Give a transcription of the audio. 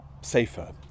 safer